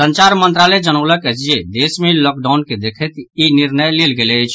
संचार मंत्रालय जनौलक अछि जे देश मे लॉकडाउन के देखैत ई निर्णय लेल गेल अछि